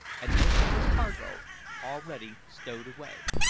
and most of her cargo already stowed away.